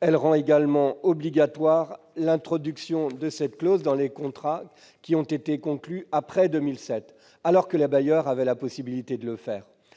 Elle rend également obligatoire l'introduction de cette clause dans les contrats qui ont été conclus après 2007, alors que les bailleurs avaient la possibilité de le faire.